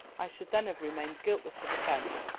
i should then have remained guiltless of offence,